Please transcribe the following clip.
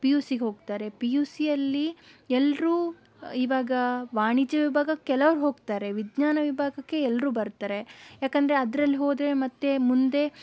P U ಸಿಗೆ ಹೋಗ್ತಾರೆ P U ಸಿಯಲ್ಲಿ ಎಲ್ಲರೂ ಈವಾಗ ವಾಣಿಜ್ಯ ವಿಭಾಗಕ್ಕೆ ಕೆಲವರು ಹೋಗ್ತಾರೆ ವಿಜ್ಞಾನ ವಿಭಾಗಕ್ಕೆ ಎಲ್ಲರೂ ಬರ್ತಾರೆ ಯಾಕೆಂದರೆ ಅದರಲ್ಲಿ ಹೋದರೆ ಮತ್ತೆ ಮುಂದೆ